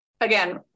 Again